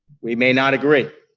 we may not agree.